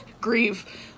grieve